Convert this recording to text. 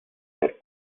per